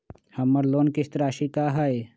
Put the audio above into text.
हमर लोन किस्त राशि का हई?